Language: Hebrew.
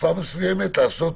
לתקופה מסוימת, לעשות